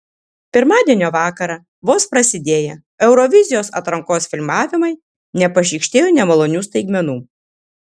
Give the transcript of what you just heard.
pirmadienio vakarą vos prasidėję eurovizijos atrankos filmavimai nepašykštėjo nemalonių staigmenų